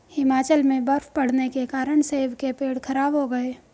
हिमाचल में बर्फ़ पड़ने के कारण सेब के पेड़ खराब हो गए